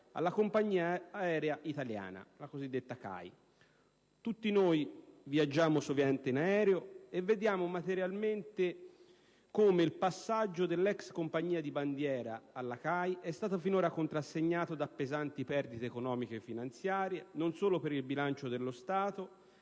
alla compagnia aerea italiana, la cosiddetta CAI. Tutti noi viaggiamo sovente in aereo e vediamo materialmente come il passaggio dell'ex compagnia di bandiera alla CAI è stato finora contrassegnato da pesanti perdite economico-finanziarie non solo per il bilancio dello Stato,